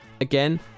again